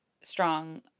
strong